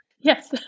Yes